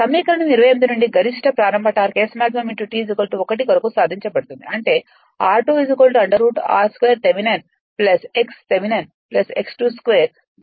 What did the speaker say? సమీకరణం 28 నుండి గరిష్ట ప్రారంభ టార్క్ Smax T 1 కొరకు సాధించబడుతుంది అంటే r2 √r2థెవెనిన్ x థెవెనిన్ x22